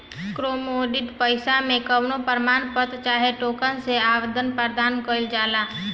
commodity पईसा मे कवनो प्रमाण पत्र चाहे टोकन से आदान प्रदान कईल जाला